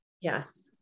yes